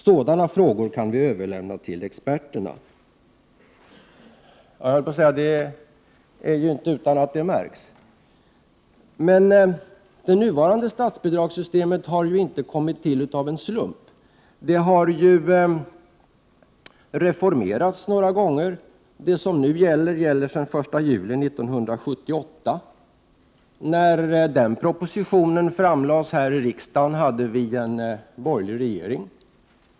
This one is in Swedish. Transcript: Sådana frågor kan vi överlämna till experterna.” Det är nog inte utan att det märks. Det nuvarande statsbidragssystemet har dock inte kommit till av en slump. Det har reformerats några gånger. Det nu gällande systemet är från den 1 juli 1978. När den propositionen lades fram här i riksdagen hade vi en borgerlig regering.